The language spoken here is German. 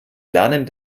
lernen